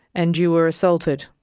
and you were assaulted?